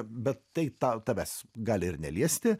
bet tai ta tavęs gali ir neliesti